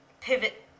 pivot